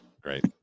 great